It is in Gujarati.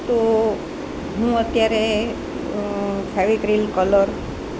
તો હું અત્યારે ફેવિક્રિલ કલર